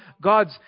God's